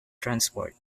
transport